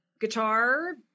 guitar